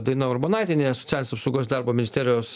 daina urbonaitienė socialinės apsaugos darbo ministerijos